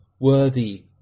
worthy